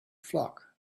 flock